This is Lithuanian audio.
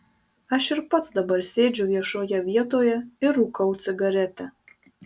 aš ir pats dabar sėdžiu viešoje vietoje ir rūkau cigaretę